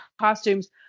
costumes